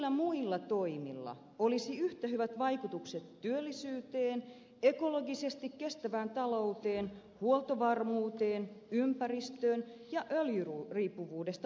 millä muilla toimilla olisi yhtä hyvät vaikutukset työllisyyteen ekologisesti kestävään talouteen huoltovarmuuteen ympäristöön ja öljyriippuvuudesta vapautumiseen